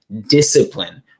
discipline